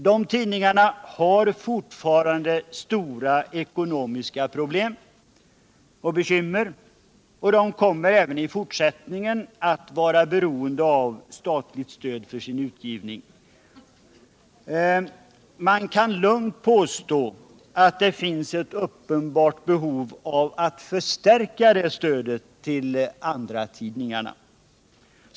Dessa tidningar har fortfarande stora ekonomiska bekymmer, och de kommer även i fortsättningen att vara beroende av statens stöd för sin utgivning. Man kan lugnt påstå att det finns ett uppenbart behov av att förstärka stödet till andratidningarna.